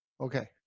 Okay